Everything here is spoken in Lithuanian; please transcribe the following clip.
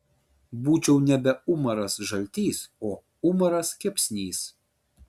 būčiau nebe umaras žaltys o umaras kepsnys